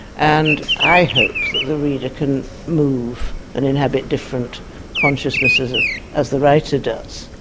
and i hope that the reader can move and inhabit different consciousness as ah as the writer does.